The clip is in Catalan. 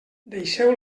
deixeu